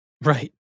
Right